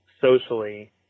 socially